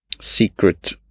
secret